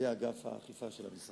על-ידי אגף האכיפה של המשרד.